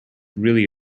really